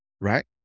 Right